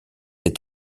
est